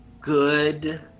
good